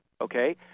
okay